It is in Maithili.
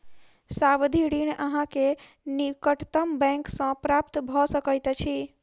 सावधि ऋण अहाँ के निकटतम बैंक सॅ प्राप्त भ सकैत अछि